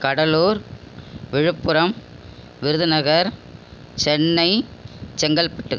Cuddalore Viluppuram Virudhunagar Chennai Chengalpattu